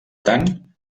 tant